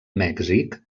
mèxic